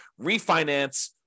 refinance